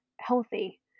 healthy